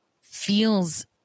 feels